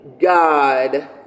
God